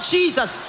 Jesus